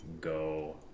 go